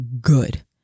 good